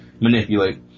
manipulate